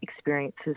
experiences